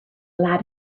allowed